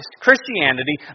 Christianity